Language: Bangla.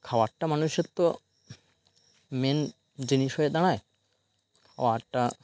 খাবারটা মানুষের তো মেন জিনিস হয়ে দাঁড়ায় খাবারটা